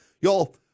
Y'all